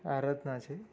આરાધના છે